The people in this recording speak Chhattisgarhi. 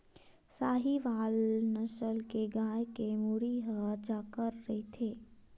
साहीवाल नसल के गाय के मुड़ी ह चाकर रहिथे